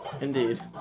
Indeed